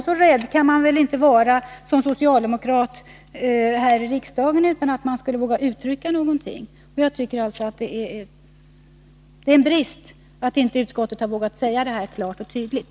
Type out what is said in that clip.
Så rädd kan man inte vara som socialdemokrat här i riksdagen, utan man måste våga uttrycka sin mening. Det är alltså en brist att utskottet inte har vågat säga detta klart och tydligt.